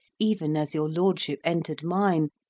even as your lordship entered mine,